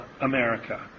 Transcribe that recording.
America